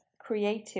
creative